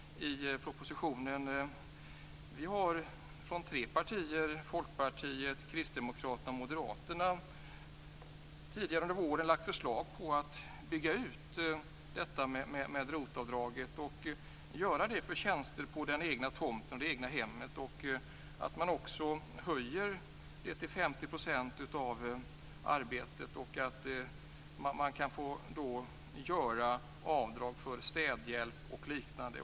Vi har från tre partier, nämligen Folkpartiet, Kristdemokraterna och Moderaterna, tidigare under våren lagt förslag om att bygga ut ROT-avdraget till att omfatta tjänster på den egna tomten och i det egna hemmet, att det också höjs till 50 % av arbetet och att man kan få göra avdrag för städhjälp och liknande.